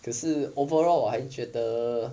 可是 overall 我还觉得